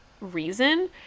reason